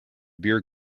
beer